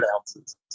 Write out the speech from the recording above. ounces